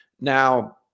now